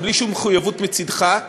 ובלי שום מחויבות מצדך,